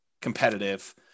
competitive